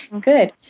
good